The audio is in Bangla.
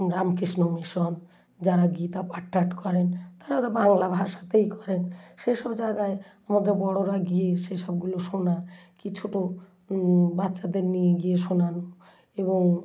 রামকৃষ্ণ মিশন যারা গীতা পাট টাট করেন তারা তো বাংলা ভাষাতেই করেন সে সব যায়গায় আমরা বড়োরা গিয়ে সে সবগুলো শোনা কী ছোটো বাচ্ছাদের নিয়ে গিয়ে শোনানো এবং